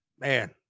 man